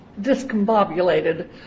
discombobulated